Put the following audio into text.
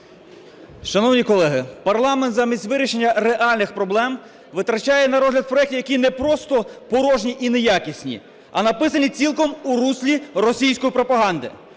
Шановні колеги, парламент замість вирішення реальних проблем витрачає на розгляд проектів, які не просто порожні і неякісні, а написані цілком у руслі російської пропаганди.